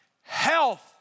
health